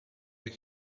with